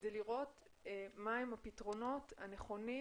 כדי לראות מהם הפתרונות הנכונים